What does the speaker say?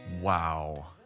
Wow